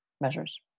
measures